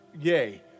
yay